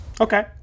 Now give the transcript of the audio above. Okay